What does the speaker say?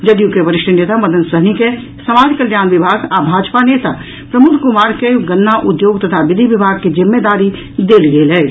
जदयू के वरिष्ठ नेता मदन सहनी के समाज कल्याण विभाग आ भाजपा नेता प्रमोद कुमार के गन्ना उद्योग तथा विधि विभाग के जिम्मेदारी देल गेल अछि